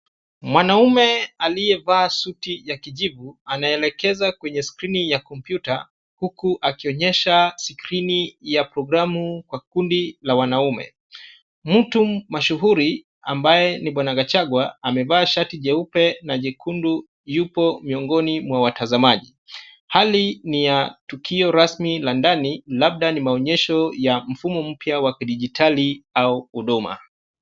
Mwanaume aliyevaa suti ya kijivu, anaelekeza kwenye skrini ya kompyuta huku akionyesha skrini ya program kwa kundi la wanaume. Mtu mashuhuri, ambaye ni bwana Gachagua, amevaa shati jeupe na jekundu, yupo miongoni mwa watazamaji. Hali ni ya tukio rasmi la ndani, labda ni maonyesho ya mfumo mpya wa kidigitali au huduma.